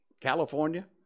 California